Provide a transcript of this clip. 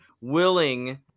willing